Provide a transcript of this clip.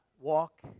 walk